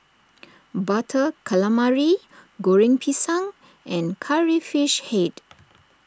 Butter Calamari Goreng Pisang and Curry Fish Head